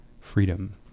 freedom